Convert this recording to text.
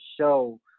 show